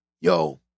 yo